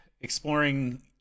exploring